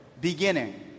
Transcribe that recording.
beginning